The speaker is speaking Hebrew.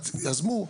יזמו,